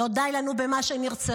לא די לנו במי שנרצחו?